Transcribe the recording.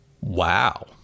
Wow